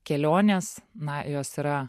kelionės na jos yra